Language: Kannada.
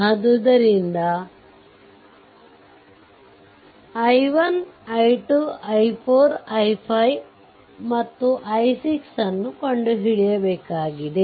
ಆದ್ದರಿಂದ i1 i 2 i4 i5 aಮತ್ತು i6 ನ್ನು ಕಂಡು ಹೀಡಿಯಬೇಕಾಗಿದೆ